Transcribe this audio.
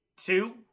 Two